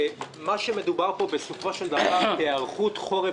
מה שמדובר פה בסופו של דבר היערכות חורף